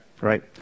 right